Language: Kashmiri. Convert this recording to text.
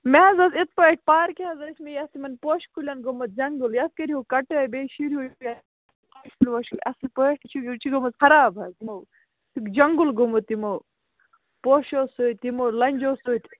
مےٚ حظ ٲس یِتھٕ پٲٹھۍ پارکہِ حظ ٲسۍ مےٚ یَتھ یِمَن پوشہٕ کُلٮ۪ن گوٚمُت جَنگُل یَتھ کٔرۍہو کٹٲے بیٚیہِ شیرہو اَصٕل پٲٹھۍ یہِ چھُ یہِ چھُ گٲمٕژ خراب حظ یِمو جَنگُل گوٚمت تِمو پوشو سۭتۍ یِمو لنٛجو سۭتۍ